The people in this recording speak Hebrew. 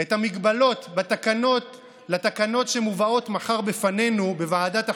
את המגבלות לתקנות שמובאות מחר בפנינו בוועדת החוקה,